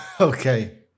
Okay